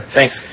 Thanks